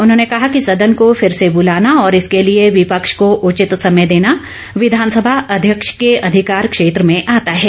उन्होंने कहा कि सदन को फिर से बुलाना और इसके लिए विपक्ष को उचित समय देना विधानसभा अध्यक्ष के अधिकार क्षेत्र में आता है